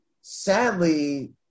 sadly